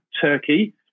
turkey